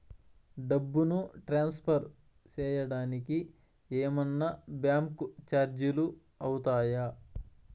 డబ్బును ట్రాన్స్ఫర్ సేయడానికి ఏమన్నా బ్యాంకు చార్జీలు అవుతాయా?